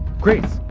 grace!